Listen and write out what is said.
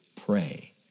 Pray